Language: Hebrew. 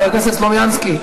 חבר הכנסת סלומינסקי,